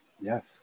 Yes